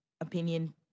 opinion